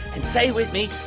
and say with me.